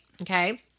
Okay